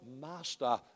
Master